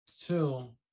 two